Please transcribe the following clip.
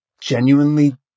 genuinely